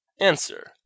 Answer